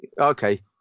okay